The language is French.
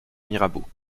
mirabeau